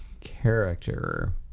character